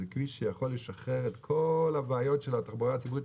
זה כביש שיכול לשחרר את כל הבעיות של התחבורה הציבורית,